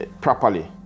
properly